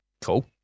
cool